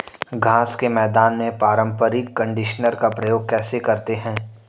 घास के मैदान में पारंपरिक कंडीशनर का प्रयोग कैसे करते हैं?